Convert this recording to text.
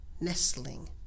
nestling